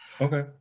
Okay